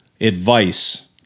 advice